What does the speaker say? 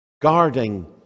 guarding